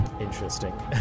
Interesting